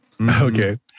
Okay